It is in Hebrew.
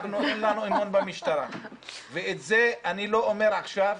אנחנו אין לנו אמון במשטרה ואת זה אני לא אומר עכשיו,